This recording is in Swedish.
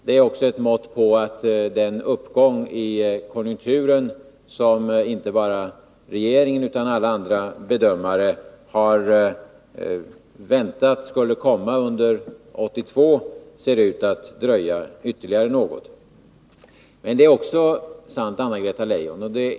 Det är också ett mått på att den uppgång i konjunkturen som inte bara regeringen utan även alla andra bedömare har väntat skulle komma under 1982 ser ut att dröja ytterligare något. Det finns också en annan sanning.